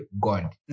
God